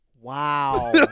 Wow